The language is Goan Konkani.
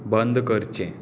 बंद करचें